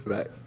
Right